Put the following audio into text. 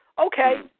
okay